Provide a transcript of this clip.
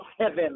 heaven